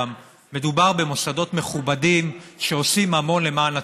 מדובר במוסדות מכובדים שעושים המון למען הציבור.